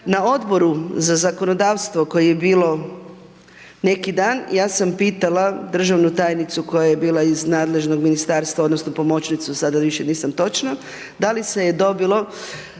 Na Odboru za zakonodavstvo koje je bilo neki dan, ja sam pitala državnu tajnicu koja je bila iz nadležnog Ministarstva odnosno pomoćnicu, sada više nisam točno, da li se je dobilo,